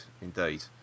indeed